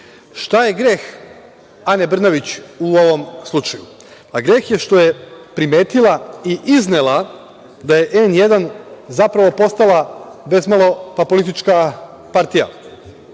Šta je greh Ane Brnabić u ovom slučaju? Greh je što je primetila i iznela da je „N1“ zapravo, postala bezmalo, pa politička partija.